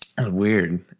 Weird